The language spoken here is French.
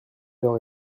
leur